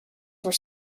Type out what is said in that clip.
were